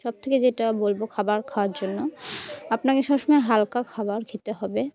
সবথেকে যেটা বলব খাবার খাওয়ার জন্য আপনাকে সবসময় হালকা খাবার খেতে হবে